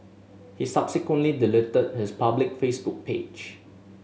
he subsequently deleted his public Facebook page